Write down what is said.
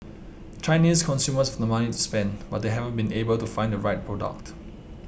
Chinese consumers have the money to spend but they haven't been able to find the right product